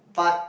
but